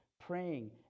praying